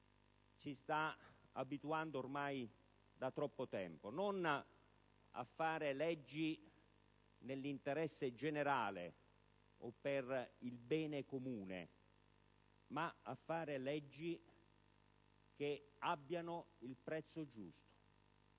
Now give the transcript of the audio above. ci sta abituando ormai da troppo tempo: non a fare leggi nell'interesse generale o per il bene comune, ma leggi che abbiano il prezzo giusto.